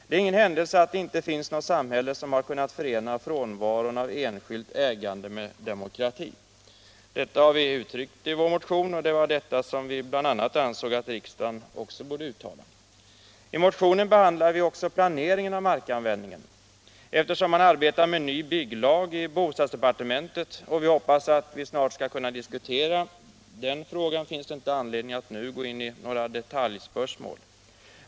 Det är ingen tillfällighet att det inte finns något samhälle som har kunnat förena frånvaron av enskilt ägande med demokrati. Detta har vi uttryckt i vår motion, och det var detta som vi bl.a. ansåg att riksdagen borde uttala. I motionen behandlar vi också planeringen av markanvändningen. Eftersom man arbetar med en ny bygglag i bostadsdepartementet och vi hoppas att snart få diskutera den, finns det ingen anledning att nu gå in i detaljfrågor.